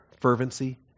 fervency